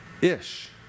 Ish